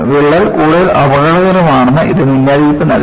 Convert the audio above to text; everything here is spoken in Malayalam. വിള്ളൽ കൂടുതൽ അപകടകരമാണെന്ന് ഇത് മുന്നറിയിപ്പ് നൽകി